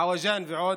עווג'אן ועוד?